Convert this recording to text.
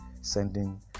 sending